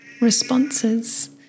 responses